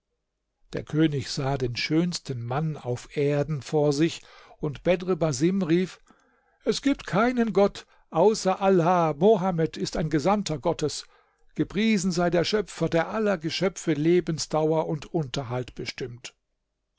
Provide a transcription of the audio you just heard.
der könig sah den schönsten mann auf erden vor sich und bedr basim rief es gibt keinen gott außer allah mohammed ist ein gesandter gottes gepriesen sei der schöpfer der aller geschöpfe lebensdauer und unterhalt bestimmt